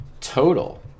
total